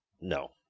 No